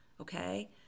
okay